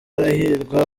arahirwa